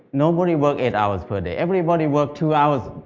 nobody worked eight hours per day, everybody worked two hours,